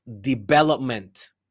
development